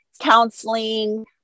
counseling